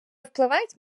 впливають